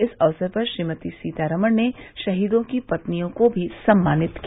इस अवसर पर श्रीमती सीतारामन ने शहीदों की पत्नियों को भी सम्मानित किया